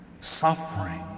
suffering